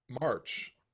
March